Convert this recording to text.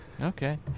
Okay